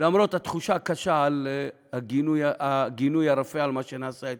למרות התחושה הקשה מהגינוי הרפה על מה שנעשה אתמול.